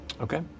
Okay